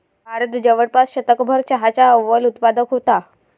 भारत जवळपास शतकभर चहाचा अव्वल उत्पादक होता